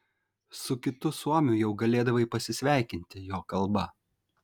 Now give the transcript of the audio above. su kitu suomiu jau galėdavai pasisveikinti jo kalba